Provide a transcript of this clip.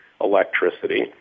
Electricity